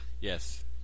Yes